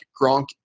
Gronk